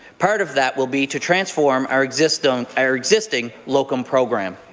part of that will be to transform our existing our existing locum program.